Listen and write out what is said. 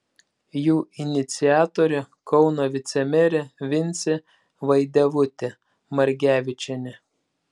jų iniciatorė kauno vicemerė vincė vaidevutė margevičienė